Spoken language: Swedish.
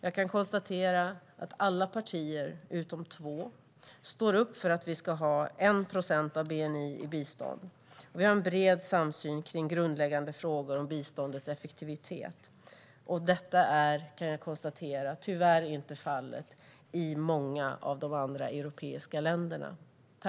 Jag konstaterar att alla partier utom två står bakom att vi ska ha 1 procent av bni i bistånd. Vi har också en bred samsyn i grundläggande frågor om biståndets effektivitet. Det är tyvärr inte fallet i många av de andra europeiska länderna.